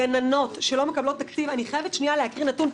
הגננות שלא מקבלות תקציב אני חייבת שנייה להקריא נתון,